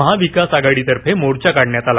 महाविकास आघाडीतर्फे मोर्चा काढण्यात आला